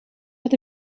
met